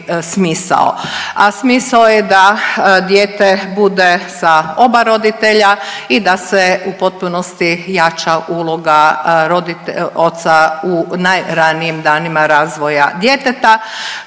A smisao je da dijete bude sa oba roditelja i da se u potpunosti jača uloga .../nerazumljivo/... oca u najranijim danima razvoja djeteta.